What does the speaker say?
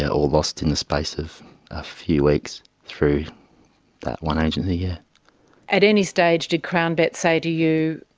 yeah, all lost in the space of a few weeks through that one agency. yeah at any stage, did crownbet say to you,